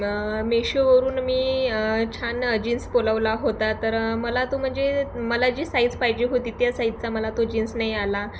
मेशोवरून मी छान जीन्स बोलवला होता तर मला तो म्हणजे मला जी साईज पाहिजे होती त्या साईजचा मला तो जीन्स नाही आला